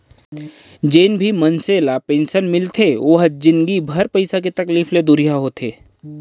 जेन भी मनसे ल पेंसन मिलथे ओ ह जिनगी भर पइसा के तकलीफ ले दुरिहा होथे